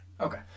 Okay